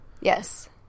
Yes